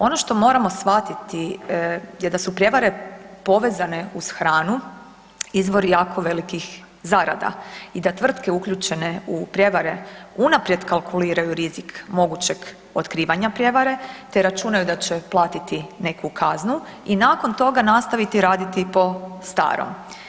Ono što moramo shvatiti je da su prijevare povezane uz hranu izvor jako velikih zarada i da tvrtke uključene u prijevare unaprijed kalkuliraju rizik mogućeg otkrivanja prijevare te računaju da će platiti neku kaznu i nakon toga nastaviti raditi po starom.